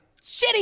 shitty